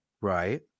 Right